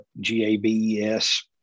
G-A-B-E-S